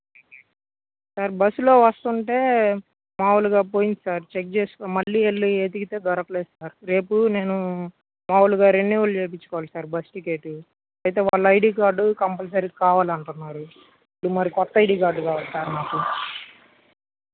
sir బస్సులో వస్తుంటే మామూలుగా పోయింది సార్ చెక్ చేసుకో మళ్ళీ వెళ్ళి ఎతికితే దొరకలేదు సార్ రేపు నేను మామూలుగా రెన్యువల్ చేయించుకోవాలి సార్ బస్ టికెట్టు అయితే వాళ్ళు ఐడి కార్డు కంపల్సరీగా కావాలంటున్నారు ఇప్పుడు మరి కొత్త ఐడి కార్డ్ కావాలి సార్ నాకు